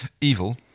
Evil